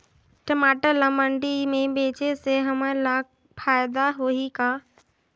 टमाटर ला मंडी मे बेचे से हमन ला फायदा होही का?